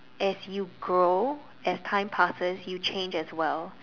as you grow as time passes you change as well